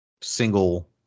single